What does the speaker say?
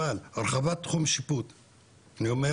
אבל אני אומר